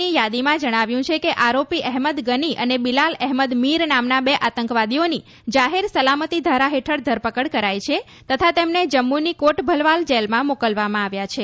ની યાદીમાં જણાવ્યું છે કે આરોપી અહેમદ ગની અને બિલાલ અહેમદ મિર નામના બે આતંકવાદીઓની જાહેર સલામતી ધારા હેઠળ ધરપકડ કરાઈ છે તથા તેમને જમ્મુની કોટભલવાલ જેલમાં મોકલવામાં આવ્યા છે